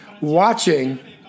watching